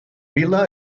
vila